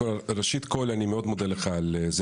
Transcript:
ראשית כל אני מאוד מודה לך על זה